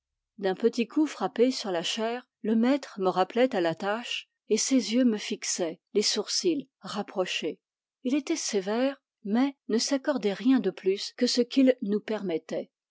d'un petit coup frappé sur la chaire le maître me rappelait à la tâche et ses yeux me fixaient les sourcils rapprochés il était sévère mais ne s'accordait rien de plus que ce qu'il nous permettait